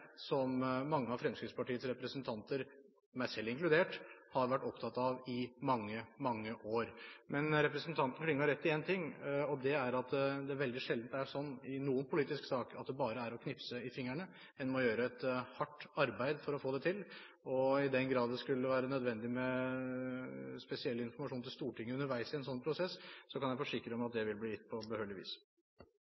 som mange av Fremskrittspartiets representanter, meg selv inkludert, har vært opptatt av i mange, mange år. Men representanten Klinge har rett i én ting, og det er at det veldig sjelden er sånn i noen politisk sak at det bare er å knipse i fingrene. En må gjøre et hardt arbeid for å få det til, og i den grad det skulle være nødvendig med spesiell informasjon til Stortinget underveis i en sånn prosess, kan jeg forsikre om at